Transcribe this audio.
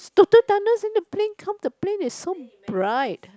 total darkness then the plane come the plane is so bright